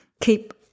keep